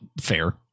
fair